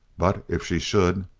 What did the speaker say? but if she should